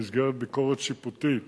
במסגרת ביקורת שיפוטית,